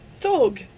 Dog